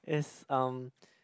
is um